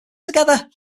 together